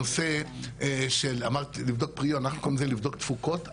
הנושא של לבדוק תפוקות.